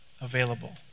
available